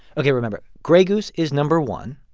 ok, remember. grey goose is number one.